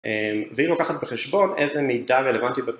והיא לוקחת בחשבון איזה מידע רלוונטי